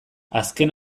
azken